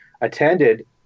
attended